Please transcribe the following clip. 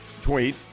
tweet